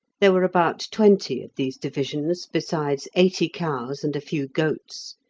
there were about twenty of these divisions, besides eighty cows and a few goats.